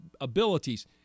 abilities—